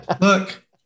look